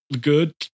good